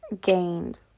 gained